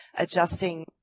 adjusting